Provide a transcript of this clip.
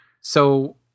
So-